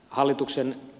hallituksen